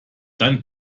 dann